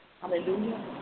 Hallelujah